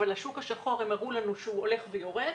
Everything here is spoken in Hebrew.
אבל השוק השחור הולך ויורד